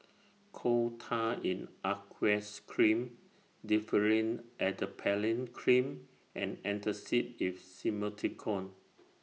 Coal Tar in Aqueous Cream Differin Adapalene Cream and Antacid with Simethicone